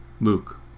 Luke